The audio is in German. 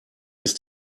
ist